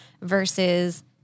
versus –